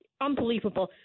unbelievable